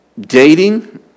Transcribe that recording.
Dating